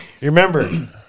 Remember